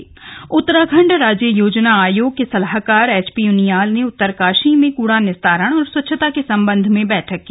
कूड़ा कलेक्शन उत्तरकाशी उत्तराखंड राज्य योजना आयोग के सलाहकार एचपी उनियाल ने उत्तरकाशी में कूड़ा निस्तारण और स्वच्छता के संबंध में बैठक की